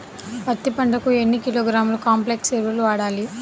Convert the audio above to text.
పత్తి పంటకు ఎన్ని కిలోగ్రాముల కాంప్లెక్స్ ఎరువులు వాడాలి?